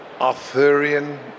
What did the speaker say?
Arthurian